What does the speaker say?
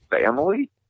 family